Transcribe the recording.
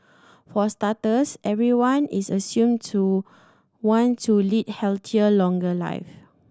for starters everyone is assumed to want to lead healthier longer live